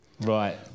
Right